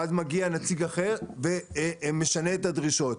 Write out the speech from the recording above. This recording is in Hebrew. ואז מגיע נציג אחר ומשנה את הדרישות.